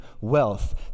wealth